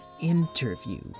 interview